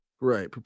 right